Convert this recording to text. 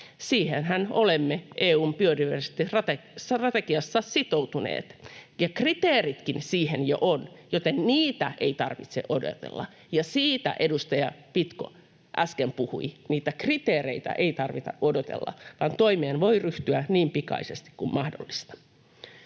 Siihenhän olemme EU:n biodiversiteettistrategiassa sitoutuneet, ja kriteeritkin siihen jo on, joten niitä ei tarvitse odotella. Ja siitä edustaja Pitko äsken puhui: niitä kriteereitä ei tarvitse odotella, vaan toimeen voi ryhtyä niin pikaisesti kuin mahdollista.